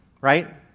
right